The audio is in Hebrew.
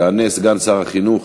יענה סגן שר החינוך